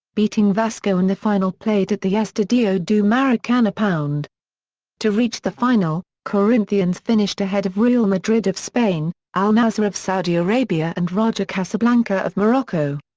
beating vasco in the final played at the estadio do maracana. and to reach the final, corinthians finished ahead of real madrid of spain, al-nasr of saudi arabia and raja casablanca of morocco.